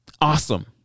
Awesome